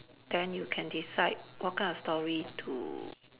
then you can decide what kind of story to